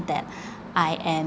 that I am